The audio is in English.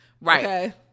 Right